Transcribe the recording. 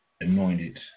anointed